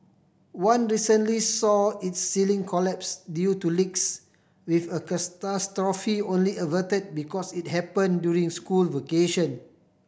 one recently saw its ceiling collapse due to leaks with a catastrophe only averted because it happen during school vacation